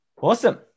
awesome